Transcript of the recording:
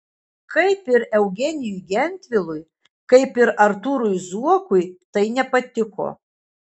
kaip ir eugenijui gentvilui kaip ir artūrui zuokui tai nepatiko